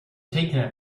taken